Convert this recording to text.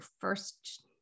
first